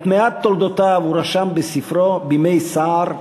את מעט תולדותיו הוא רשם בספרו "בימי סער",